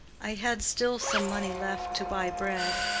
i had still some money left to buy bread.